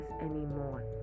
anymore